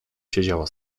siedziała